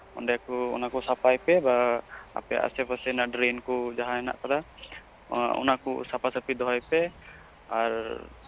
ᱚᱸᱰᱮ ᱠᱚ ᱚᱱᱟ ᱠᱚ ᱥᱟᱯᱟᱭ ᱯᱮ ᱵᱟ ᱟᱯᱮ ᱟᱥᱮ ᱯᱟᱥᱮ ᱨᱮᱱᱟᱜ ᱰᱨᱮᱱ ᱠᱚ ᱡᱟᱦᱟᱸ ᱦᱮᱱᱟᱜ ᱠᱟᱫᱟ ᱚᱱ ᱚᱱᱟ ᱠᱚ ᱥᱟᱯᱟ ᱥᱟᱯᱤ ᱫᱚᱦᱚᱭ ᱯᱮ ᱟᱨ